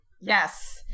yes